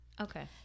okay